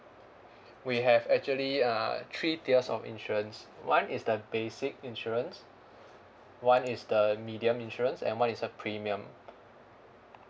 we have actually uh three tiers of insurance one is the basic insurance one is the medium insurance and one is the premium